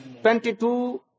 Twenty-two